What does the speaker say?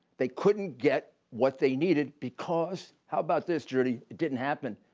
they couldn't get what they needed, because, how about this, judy, it didn't happen.